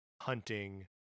hunting